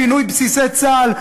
פינוי בסיסי צה"ל,